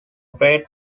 great